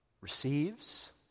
receives